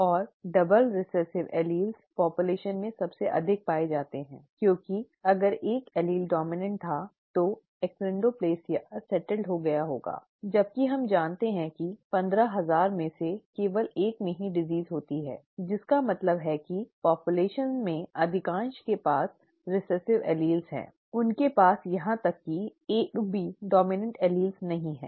और double recessive allele जनसंख्या में सबसे अधिक पाए जाते हैं क्योंकि अगर एक एलील डोमिनेंट था तो एंकॉन्ड्रोप्लेसिया स्थिर हो गया होगा जबकि हम जानते हैं कि 15000 में से केवल 1 में ही बीमारी होती है जिसका मतलब है कि आबादी में अधिकांश के पास रिसेसिव एलील हैं उनके पास यहां तक कि एक भी डोमिनेंट एलील्स नहीं है